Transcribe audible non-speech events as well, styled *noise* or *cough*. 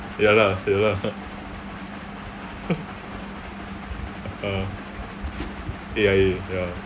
ya lah ya lah *laughs* uh A_I_A ya